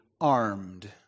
armed